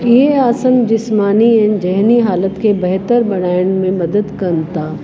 इहे आसन जिस्मानी ऐं ज़हिनी हालति खे बहितर बणाइण में मदद कनि था